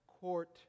court